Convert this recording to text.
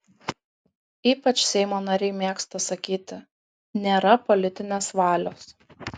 ypač seimo nariai mėgsta sakyti nėra politinės valios